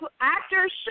actors